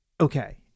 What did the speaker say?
okay